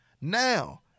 Now